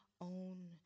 own